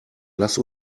lass